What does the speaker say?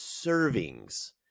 servings